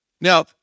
Now